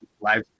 Live